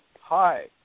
hi